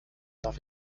darf